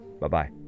Bye-bye